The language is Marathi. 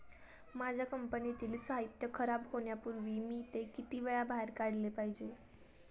माझ्या कंपनीतील साहित्य खराब होण्यापूर्वी मी ते किती वेळा बाहेर काढले पाहिजे?